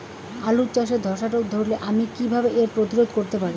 আলু চাষে ধসা রোগ ধরলে আমি কীভাবে এর প্রতিরোধ করতে পারি?